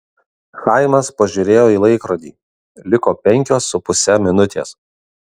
chaimas pažiūrėjo į laikrodį liko penkios su puse minutės